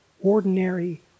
ordinary